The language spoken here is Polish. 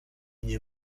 nie